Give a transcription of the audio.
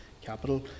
capital